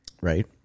Right